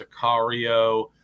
Sicario